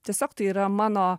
tiesiog tai yra mano